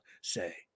say